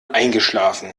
eingeschlafen